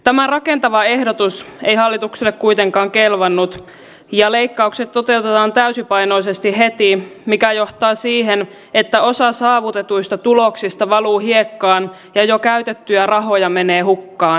tämä rakentava ehdotus ei hallitukselle kuitenkaan kelvannut ja leikkaukset toteutetaan täysipainoisesti heti mikä johtaa siihen että osa saavutetuista tuloksista valuu hiekkaan ja jo käytettyjä rahoja menee hukkaan